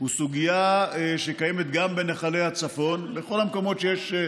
אני מזמין בבקשה את השר המקשר בין